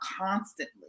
constantly